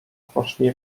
poszli